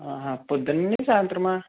పొద్ధున్నే సాయంత్రమా